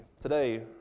Today